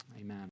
amen